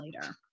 later